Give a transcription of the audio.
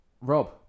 rob